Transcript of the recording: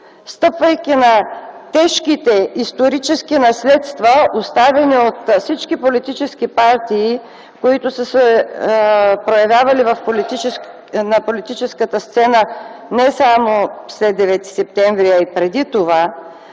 стъпвайки на тежките исторически наследства, оставени от всички политически партии, които са се появявали на политическата сцена не само след 9 септември, а и преди това,